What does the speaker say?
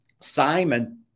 Simon